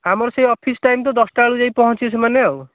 ଆମର ସେଇ office time ତ ଦଶଟାବେଳକୁ ଯାଇକି ପହଞ୍ଚିଯିବେ ସେମାନେ ଆଉ